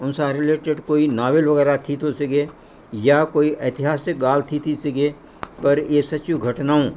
उन सां रिलेटिड कोई नॉवल वग़ैरह थी थो सघे या कोई एतिहासिक ॻाल्हि थी थी सघे पर इहे सचियूं घटनाऊं